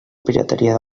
pirateria